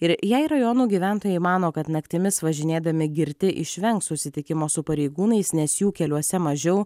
ir jei rajono gyventojai mano kad naktimis važinėdami girti išvengs susitikimo su pareigūnais nes jų keliuose mažiau